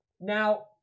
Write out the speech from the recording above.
now